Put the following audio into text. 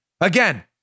Again